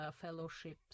fellowships